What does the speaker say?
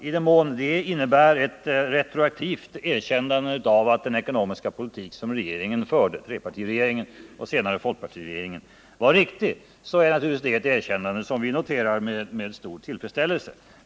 I den mån det innebär ett retroaktivt erkännande av att den ekonomiska politik som trepartiregeringen och senare folkpartiregeringen fört varit riktig noterar vi naturligtvis det med stor tillfredsställelse.